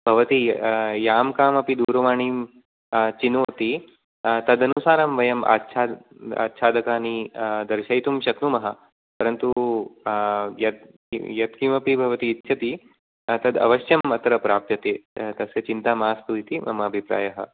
भवती यां कामपि दूरवाणीं चिनोति तदनुसारं वयं आच्छादकानि दर्शयितुं शक्नुमः परन्तु यत्किमपि भवती इच्छति तत् अवश्यं अत्र प्राप्यते तस्य चिन्ता मास्तु इति मम अभिप्रायः